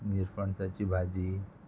निरफणसाची भाजी